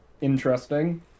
interesting